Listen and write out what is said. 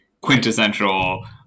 quintessential